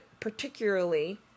particularly